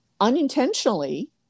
unintentionally